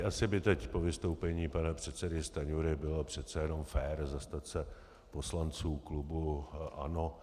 Asi by teď po vystoupení pana předsedy Stanjury bylo přece jenom fér zastat se poslanců klubu ANO.